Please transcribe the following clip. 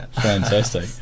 Fantastic